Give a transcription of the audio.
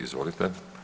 Izvolite.